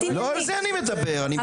אני מדבר על